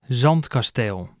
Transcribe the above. zandkasteel